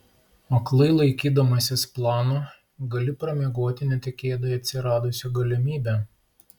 aklai laikydamasis plano gali pramiegoti netikėtai atsiradusią galimybę